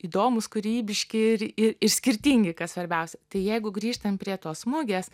įdomūs kūrybiški ir ir skirtingi kas svarbiausia tai jeigu grįžtant prie tos mugės